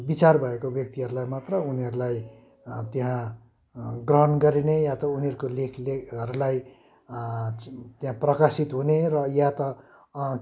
विचार भएको व्यक्तिहरूलाई मात्र उनीहरूलाई त्यहाँ ग्रहण गरिने या त उनीहरूको लेख लेखहरूलाई त्यहाँ प्रकाशित हुने र या त